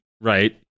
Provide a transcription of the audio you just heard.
Right